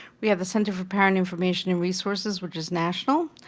we have a center for parent information and resources which is national,